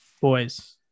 Boys